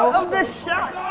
of this shot!